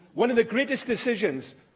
one of the greatest decisions,